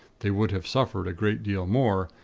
they would have suffered a great deal more,